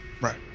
right